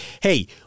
hey